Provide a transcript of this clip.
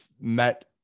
met